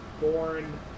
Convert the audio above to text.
born